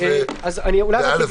על של